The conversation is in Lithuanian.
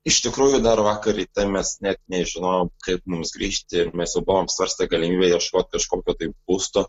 iš tikrųjų dar vakar ryte mes net nežinojom kaip mums grįžti ir mes jau buvom svarstę galimybę ieškot kažkokio tai būsto